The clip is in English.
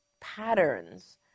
patterns